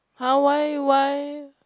[huh] why why